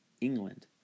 England